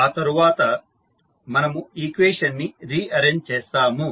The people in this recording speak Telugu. ఆ తరువాత మనము ఈక్వేషన్ ని రి ఆరెంజ్ చేస్తాము